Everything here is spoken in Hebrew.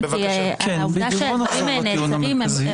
כי אני חושב שראוי לשאול את שלוש הרשויות בישראל כאשר מנסים לקבוע הסדר.